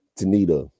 Tanita